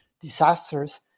disasters